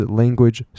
language